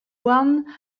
houarn